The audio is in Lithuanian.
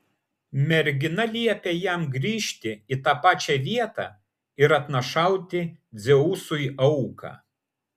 mergina liepė jam grįžti į tą pačią vietą ir atnašauti dzeusui auką